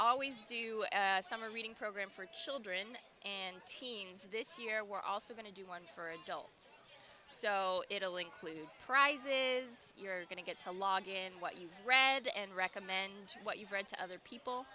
always do summer reading program for children and teens this year we're also going to do one for adults so it'll include prizes you're going to get to log in what you've read and recommend what you've read to other people